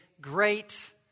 great